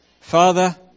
Father